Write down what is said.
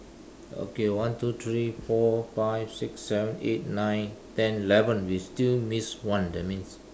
okay one two three four five six seven eight nine ten eleven we still miss one that means